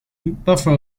buffer